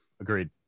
Agreed